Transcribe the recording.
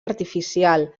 artificial